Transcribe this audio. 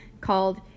called